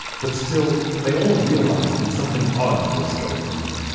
but still, they all realized that something odd was going on.